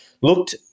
looked